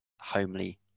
homely